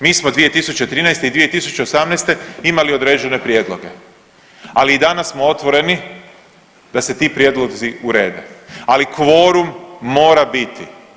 Mi smo 2013. i 2018. imali određene prijedloge, ali i danas smo otvoreni da se ti prijedlozi urede, ali kvorum mora biti.